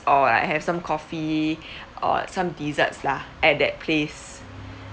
or like have some coffee or some desserts lah at that place